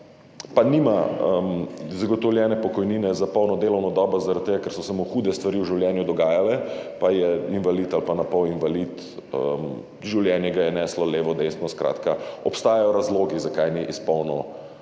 pa nima zagotovljene pokojnine za polno delovno dobo, zaradi tega ker so se mu hude stvari v življenju dogajale pa je invalid ali pa napol invalid, življenje ga je neslo levo, desno, skratka obstajajo razlogi, človeške stiske, zakaj